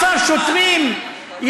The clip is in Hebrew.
12 שוטרים,